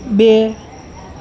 બે